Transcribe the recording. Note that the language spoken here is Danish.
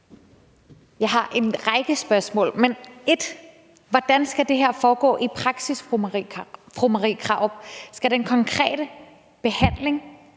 Jeg har en række spørgsmål, et af dem er: Hvordan skal det her foregå i praksis, fru Marie Krarup? Skal den konkrete